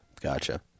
Gotcha